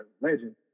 legend